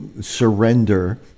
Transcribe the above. surrender